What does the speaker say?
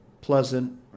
pleasant